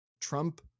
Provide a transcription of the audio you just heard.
Trump